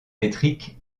métrique